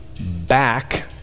back